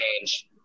change